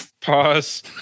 pause